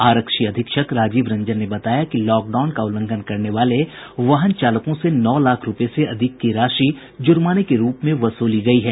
आरक्षी अधीक्षक राजीव रंजन ने बताया कि लॉकडाउन का उल्लंघन करने वाले वाहन चालकों से नौ लाख रूपये से अधिक की राशि जुर्माने के रूप में वसूली गयी है